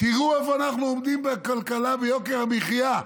תראו איפה אנחנו עומדים בכלכלה וביוקר המחיה.